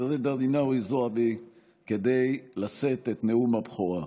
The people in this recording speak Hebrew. ג'ידא רינאוי זועבי לשאת את נאום הבכורה.